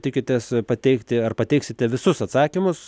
tikitės pateikti ar pateiksite visus atsakymus